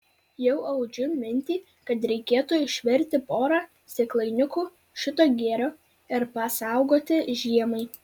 jau audžiu mintį kad reikėtų išvirti porą stiklainiukų šito gėrio ir pasaugoti žiemai